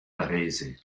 varese